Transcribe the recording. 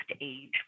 age